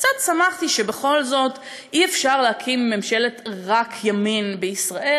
קצת שמחתי שבכל זאת אי-אפשר להקים ממשלת רק-ימין בישראל,